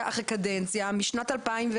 קדנציה אחרי קדנציה משנת 2010,